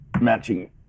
matching